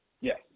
Yes